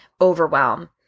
overwhelm